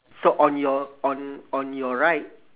so on your on on your right